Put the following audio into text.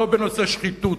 לא בנושא שחיתות,